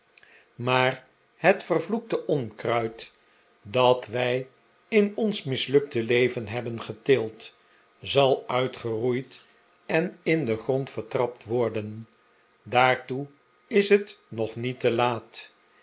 maar het vervloekte onkruid dat wij in ons mislukte leven hebben geteeld zal uitgeroeid en in den grond vertrapt worden daartoe is het nog niet te laat